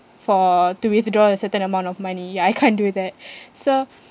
for to withdraw a certain amount of money ya I can't do that so